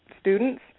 students